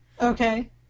Okay